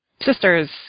Sisters